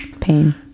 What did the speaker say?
Pain